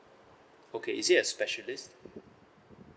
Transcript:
okay is it a specialist